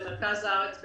במרכז הארץ,